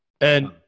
And-